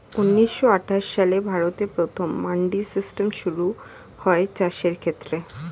ঊন্নিশো আটাশ সালে ভারতে প্রথম মান্ডি সিস্টেম শুরু হয় চাষের ক্ষেত্রে